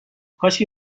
کاشکی